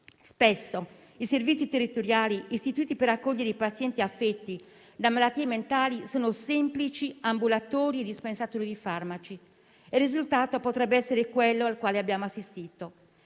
Spesso i servizi territoriali istituti per accogliere i pazienti affetti da malattie mentali sono semplici ambulatori dispensatori di farmaci e il risultato potrebbe essere quello al quale abbiamo assistito.